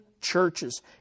churches